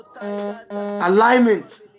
Alignment